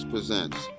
Presents